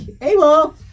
able